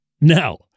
Now